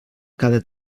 cada